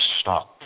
stop